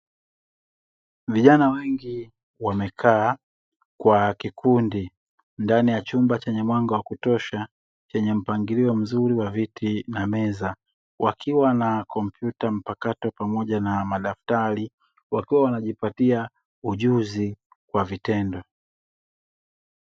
Vijana wengi wamekaa kwa kikundi ndani ya chumba chenye mwanga wa kutosha, chenye mpangilio mzuri wa viti na meza, wakiwa na kompyuta mpakato pamoja na madaftari wakiwa wanajipatia ujuzi kwa vitendo.